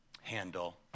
handle